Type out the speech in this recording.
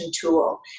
tool